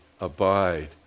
abide